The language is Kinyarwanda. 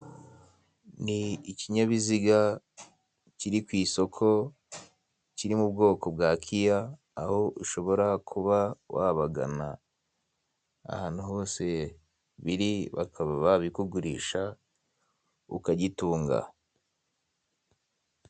Ni ikinyabiziga kiri ku isoko, kiri mu bwoko bwa KIA aho ushobora kuba wabagana ahantu hose biri bakaba babikugurisha ukagitunga.